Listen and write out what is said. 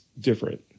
different